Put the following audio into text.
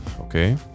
okay